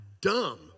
dumb